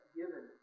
given